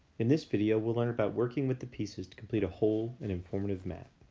in this video we'll learn about working with the pieces to complete a whole and informative map.